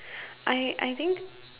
I I think